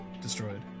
destroyed